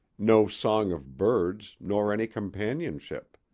no song of birds, nor any companionship.